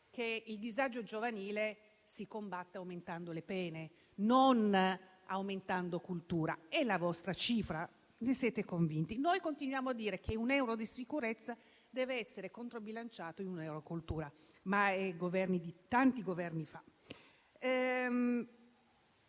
che il disagio giovanile si combatta aumentando le pene, non aumentando la cultura. È la vostra cifra, ne siete convinti; noi invece continuiamo a dire che un euro di sicurezza dev'essere controbilanciato da un euro in cultura, ma è cosa di tanti Governi fa.